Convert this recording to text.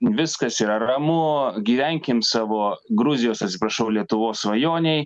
viskas yra ramu gyvenkime savo gruzijos atsiprašau lietuvos svajonei